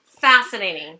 Fascinating